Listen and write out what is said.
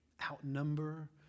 outnumber